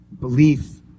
belief